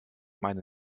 meine